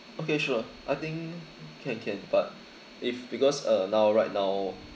okay sure I think can can but if because uh now right now